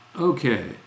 okay